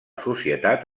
societat